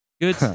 Good